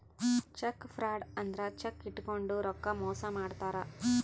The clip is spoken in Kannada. ಚೆಕ್ ಫ್ರಾಡ್ ಅಂದ್ರ ಚೆಕ್ ಇಟ್ಕೊಂಡು ರೊಕ್ಕ ಮೋಸ ಮಾಡ್ತಾರ